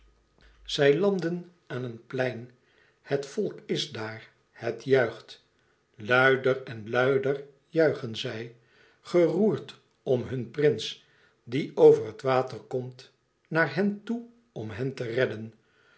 zij landen aan een plein het volk is daar het juicht luider en luider juichen zij geroerd om hun prins die over het water komt naar hen toe om hen te redden